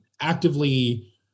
actively